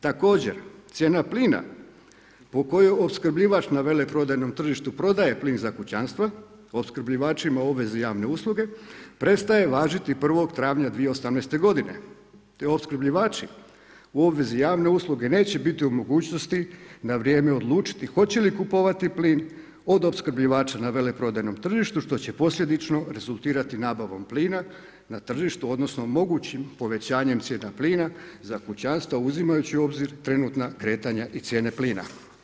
Također cijena plina, po kojoj opskrbljivač na vele prodajnom tržištu prodaje plin za kućanstva, opskrbljivačima obvezi javne usluge, prestaje važiti 1. travnja 2018.g. Te opskrbljivači u obvezi javne usluge neće biti u mogućnosti na vrijeme odlučiti hoće li kupovati plin od opskrbljivača na veleprodajnom tržištu, što će posljedično rezultirati nabavom plina na tržištu, odnosno, mogućim povećanjem cijene plina, za kućanstva, uzimajući u obzir trenutna kretanje i cijene plina.